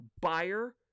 buyer